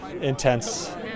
intense